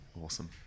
Awesome